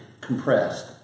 compressed